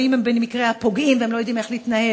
או הם במקרה הפוגעים והם לא יודעים איך להתנהל,